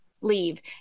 leave